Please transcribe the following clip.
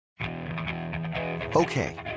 Okay